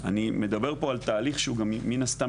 אני מדבר פה על תהליך שהוא גם מין הסתם